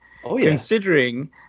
Considering